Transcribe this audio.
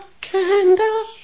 candle